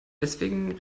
deswegen